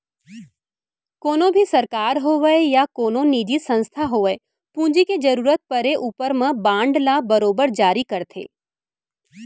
कोनों भी सरकार होवय या कोनो निजी संस्था होवय पूंजी के जरूरत परे ऊपर म बांड ल बरोबर जारी करथे